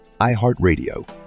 iHeartRadio